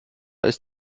ist